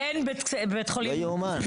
לא יאומן.